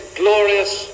glorious